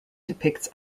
depicts